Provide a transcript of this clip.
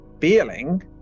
feeling